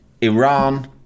Iran